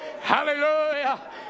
Hallelujah